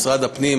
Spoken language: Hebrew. משרד הפנים,